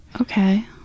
Okay